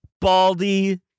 baldy